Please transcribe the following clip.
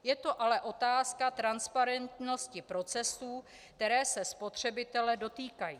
Je to ale otázka transparentnosti procesů, které se spotřebitele dotýkají.